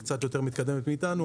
היא קצת יותר מתקדמת מאיתנו.